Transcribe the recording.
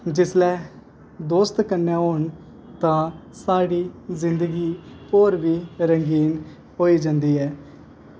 जिसलै दोस्त कन्नै होन तां साढ़ी जिंदगी होर बी रंगीन होई जंदी ऐ